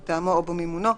מטעמו או במימונו.